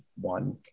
one